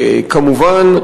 כמובן,